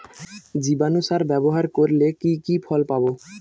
জীবাণু সার ব্যাবহার করলে কি কি ফল পাবো?